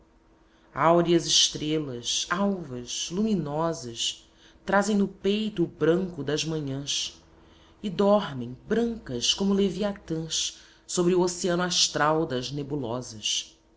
braços áureas estrelas alvas luminosas trazem no peito o branco das manhãs e dormem brancas como leviatãos sobre o oceano astral das nebulosas